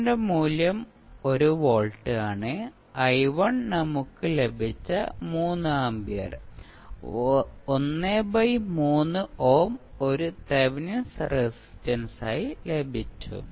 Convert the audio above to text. V0 മൂല്യം 1 volt ആണ് i1 നമുക്ക് ലഭിച്ച 3 ആമ്പിയർ 13 ഓം ഒരു തെവെനിൻ റെസിസ്റ്റൻസായി ലഭിച്ചു